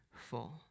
full